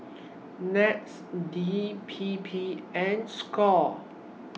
Nets D P P and SCORE